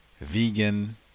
vegan